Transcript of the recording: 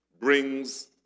brings